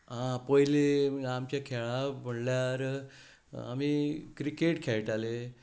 पयलीं आमचे खेळ म्हणल्यार आमी क्रिकेट खेळटाले